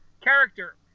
character